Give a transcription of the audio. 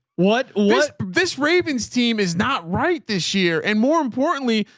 what what this ravens team is not right this year. and more importantly,